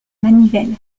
manivelle